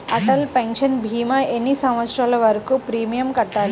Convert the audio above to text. Atal pension భీమా ఎన్ని సంవత్సరాలు వరకు ప్రీమియం కట్టాలి?